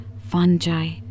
fungi